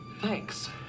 Thanks